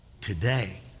Today